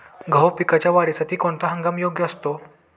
गहू पिकाच्या वाढीसाठी कोणता हंगाम योग्य असतो?